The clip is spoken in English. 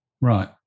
Right